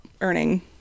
earning